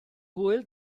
hwyl